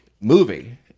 movie